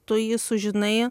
tu jį sužinai